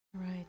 Right